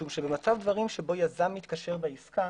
שבמצב דברים שבו יזם מתקשר בעסקה